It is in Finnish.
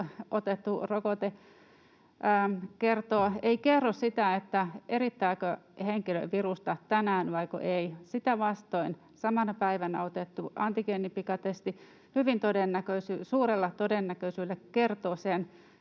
otettu rokote ei kerro sitä, erittääkö henkilö virusta tänään vaiko ei. Sitä vastoin samana päivänä otettu antigeenipikatesti hyvin suurella todennäköisyydellä kertoo sen,